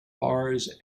bars